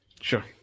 Sure